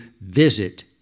visit